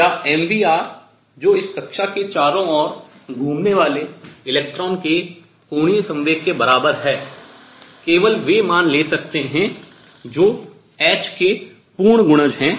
या mvr जो इस कक्षा के चारों ओर घूमने वाले इलेक्ट्रॉन के कोणीय संवेग के बराबर है केवल वे मान ले सकते हैं जो ℏ के पूर्ण गुणज हैं